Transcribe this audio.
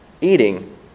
eating